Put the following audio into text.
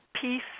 Peace